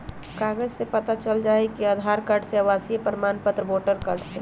कागज से पता चल जाहई, आधार कार्ड से, आवासीय प्रमाण पत्र से, वोटर कार्ड से?